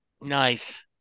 Nice